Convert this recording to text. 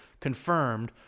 confirmed